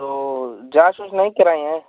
तो जाँच ऊँच नहीं कराईं हैं